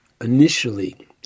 initially